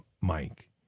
Mike